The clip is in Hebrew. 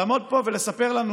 לעמוד פה ולספר לנו